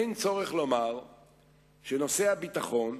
אין צורך לומר שנושאי הביטחון,